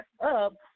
up